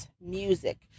music